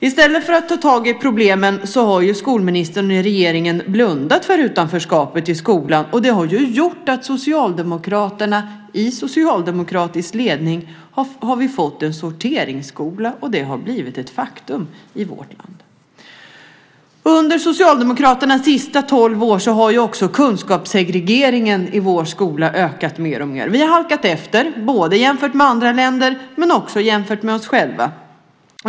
I stället för att ta tag i problemen har ju skolministern och regeringen blundat för utanförskapet i skolan. Det har gjort att vi i socialdemokratisk ledning har fått en sorteringsskola. Det är ett faktum i vårt land. Under Socialdemokraternas senaste tolv år har kunskapssegregeringen i vår skola ökat mer och mer. Vi har halkat efter, både jämfört med andra länder och jämfört med oss själva.